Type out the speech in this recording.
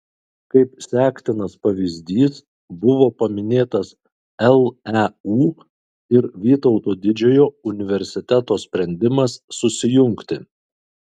kaip sektinas pavyzdys buvo paminėtas leu ir vytauto didžiojo universiteto sprendimas susijungti